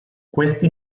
questi